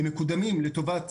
הן מקודמות לטובת